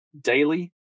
daily